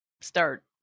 start